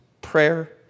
Prayer